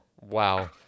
Wow